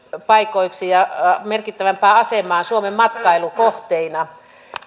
paikoiksi ja merkittävämpään asemaan suomen matkailukohteina